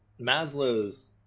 maslow's